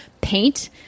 paint